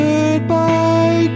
Goodbye